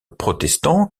protestants